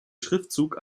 schriftzug